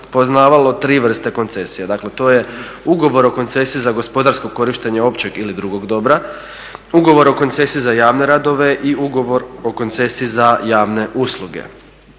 poznavalo tri vrste koncesija, dakle to je ugovor o koncesiji za gospodarsko korištenje općeg ili drugog dobra, ugovor o koncesiji za javne radove i ugovor o koncesiji za javne usluge.